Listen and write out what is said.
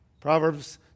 Proverbs